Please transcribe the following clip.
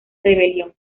rebelión